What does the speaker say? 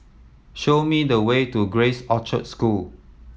show me the way to Grace Orchard School